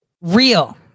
real